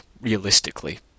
realistically